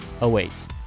awaits